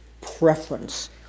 preference